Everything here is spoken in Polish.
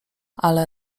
ale